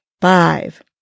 five